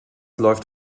läuft